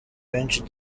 benshi